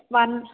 वर्णः